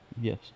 Yes